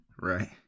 right